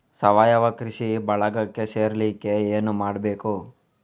ಸಾವಯವ ಕೃಷಿ ಬಳಗಕ್ಕೆ ಸೇರ್ಲಿಕ್ಕೆ ಏನು ಮಾಡ್ಬೇಕು?